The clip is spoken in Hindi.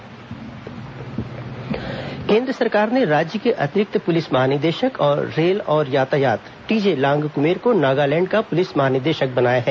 आईपीएस तबादला केंद्र सरकार ने राज्य के अतिरिक्त पुलिस महानिदेशक रेल और यातायात टीजे लांगकुमेर को नागालैंड का पुलिस महानिदेशक बनाया है